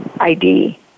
ID